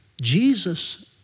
Jesus